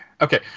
Okay